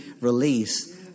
release